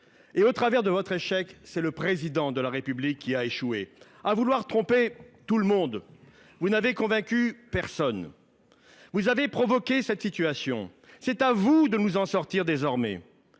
Et au travers de votre échec, c’est le Président de la République qui a échoué. À vouloir tromper tout le monde, vous n’avez convaincu personne. Vous avez provoqué cette situation : c’est à vous de nous en sortir désormais.